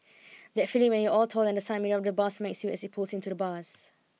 that feeling when you're all tall and the side mirror of the bus smacks you as it pulls into the bus